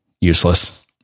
useless